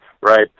right